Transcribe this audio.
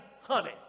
honey